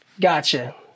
Gotcha